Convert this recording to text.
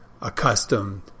accustomed